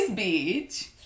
beach